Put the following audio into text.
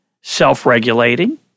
self-regulating